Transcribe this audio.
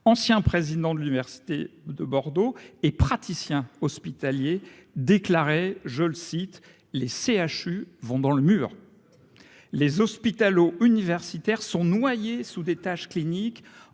ancien président de l'université de Bordeaux et praticien hospitalier déclaré, je le cite les CHU vont dans le mur les hospitalo-universitaires sont noyés sous des tâches cliniques